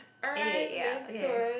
anyway ya okay